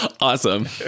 Awesome